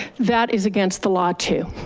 that is against the law too,